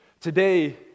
Today